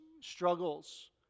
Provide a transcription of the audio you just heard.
struggles